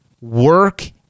work